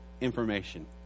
information